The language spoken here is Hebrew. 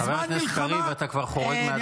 בזמן מלחמה --- חבר הכנסת קריב, אתה חורג מהדקה.